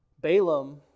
Balaam